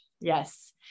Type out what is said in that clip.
Yes